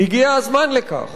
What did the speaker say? הגיע הזמן לכך.